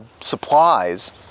supplies